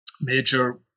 major